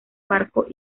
barco